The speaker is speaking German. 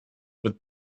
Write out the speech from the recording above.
mit